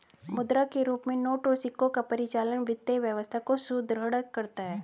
मुद्रा के रूप में नोट और सिक्कों का परिचालन वित्तीय व्यवस्था को सुदृढ़ करता है